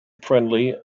friendly